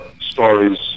stories